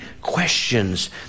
questions